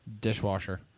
Dishwasher